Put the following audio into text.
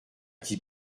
qui